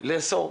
לאסור.